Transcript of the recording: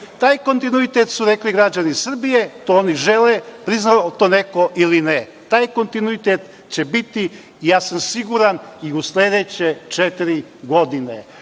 Taj kontinuitet su rekli građani Srbije, to oni žele, priznao to neko ili ne. Taj kontinuitet će biti, ja sam siguran, i u sledeće četiri godine,